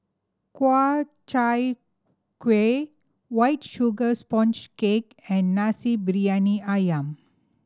kua Chai Kueh White Sugar Sponge Cake and Nasi Briyani Ayam